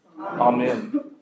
Amen